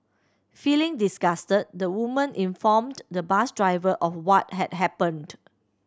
feeling disgusted the woman informed the bus driver of what had happened